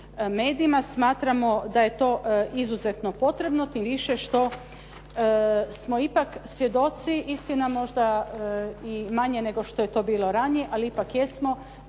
medijima. Smatramo da je to izuzetno potrebno tim više što smo ipak svjedoci, istina manje nego što je to bilo ranije ali ipak jesmo